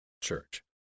church